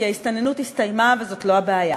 כי ההסתננות הסתיימה וזאת לא הבעיה.